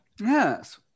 Yes